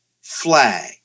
flag